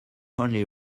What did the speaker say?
only